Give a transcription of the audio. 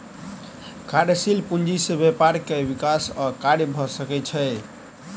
कार्यशील पूंजी से व्यापार के विकास आ कार्य भ सकै छै